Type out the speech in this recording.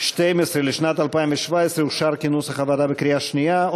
12 לשנת 2017 אושר כנוסח הוועדה בקריאה שנייה.